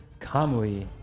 Kamui